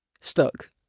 stuck